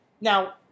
Now